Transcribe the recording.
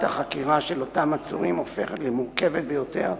החקירה של אותם עצורים הופכת למורכבת ביותר,